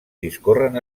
discorren